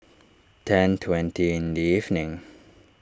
ten twenty in the evening